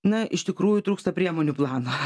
na iš tikrųjų trūksta priemonių plano